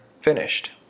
finished